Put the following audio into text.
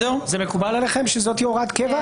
מקובל עליכם שזאת תהיה הוראת קבע?